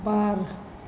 बार